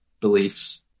beliefs